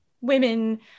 women